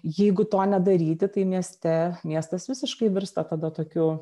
jeigu to nedaryti tai mieste miestas visiškai virsta tada tokiu